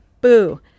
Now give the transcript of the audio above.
Boo